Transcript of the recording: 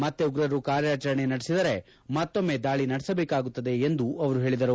ಮತ್ತೆ ಉಗ್ರರು ಕಾರ್ಯಾಚರಣೆ ನಡೆಸಿದರೆ ಮತ್ತೊಮ್ಮೆ ದಾಳಿ ನಡೆಸಬೇಕಾಗುತ್ತದೆ ಎಂದು ಅವರು ಹೇಳಿದರು